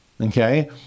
Okay